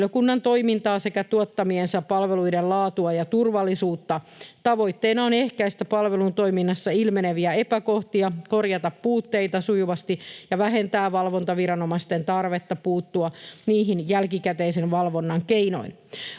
henkilökunnan toimintaa sekä tuottamiensa palvelujen laatua ja turvallisuutta. Tavoitteena on ehkäistä palvelutoiminnassa ilmeneviä epäkohtia, korjata puutteita sujuvasti ja vähentää valvontaviranomaisten tarvetta puuttua niihin jälkikäteisen valvonnan keinoin.